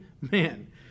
man